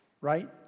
right